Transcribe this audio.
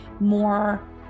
more